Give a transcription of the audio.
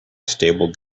stable